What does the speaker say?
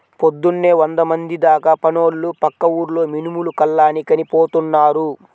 పొద్దున్నే వందమంది దాకా పనోళ్ళు పక్క ఊర్లో మినుములు కల్లానికని పోతున్నారు